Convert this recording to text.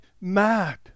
mad